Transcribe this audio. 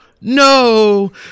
no